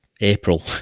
april